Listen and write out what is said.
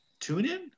TuneIn